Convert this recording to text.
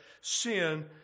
sin